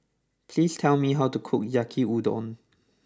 please tell me how to cook Yaki Udon